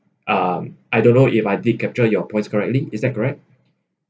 um I don't know if I did capture your points correctly is that correct